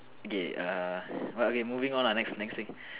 okay err moving on ah next thing